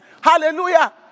hallelujah